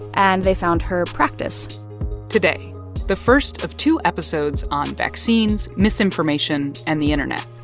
and they found her practice today the first of two episodes on vaccines, misinformation and the internet.